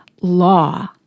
law